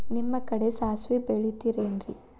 ನಿಮ್ಮ ಕಡೆ ಸಾಸ್ವಿ ಬೆಳಿತಿರೆನ್ರಿ?